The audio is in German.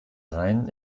rhein